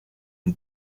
and